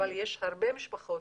אבל יש הרבה משפחות